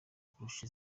kurusha